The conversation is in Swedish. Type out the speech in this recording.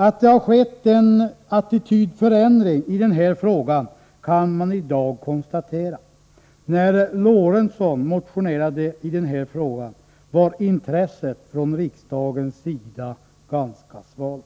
Att det har skett en attitydförändring på det här området kan man i dag konstatera — när Lorentzon motionerade i frågan var intresset från riksdagens sidan ganska svalt.